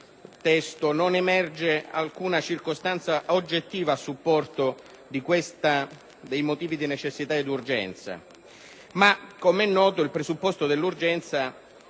non emerge alcuna circostanza oggettiva a supporto dei motivi di necessità ed urgenza, ma - com'è noto - il presupposto dell'urgenza,